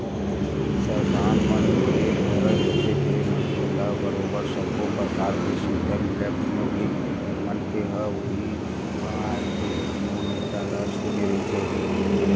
सरकार मन के फरज होथे के मनखे ल बरोबर सब्बो परकार के सुबिधा मिलय कोनो भी मनखे ह उहीं पाय के कोनो नेता ल चुने रहिथे